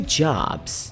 jobs